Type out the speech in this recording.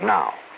Now